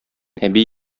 әби